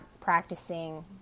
practicing